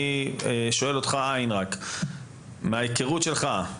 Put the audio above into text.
אני שואל אותך ע', מההיכרות שלך,